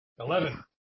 Eleven